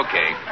Okay